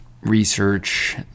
research